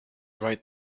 right